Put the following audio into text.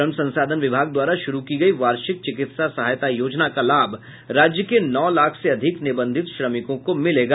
श्रम संसाधन विभाग द्वारा शुरू की गयी वार्षिक चिकित्सा सहायता योजना का लाभ राज्य के नौ लाख से अधिक निबंधित श्रमिकों को मिलेगा